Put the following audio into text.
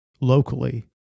locally